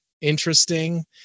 interesting